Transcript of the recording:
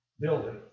building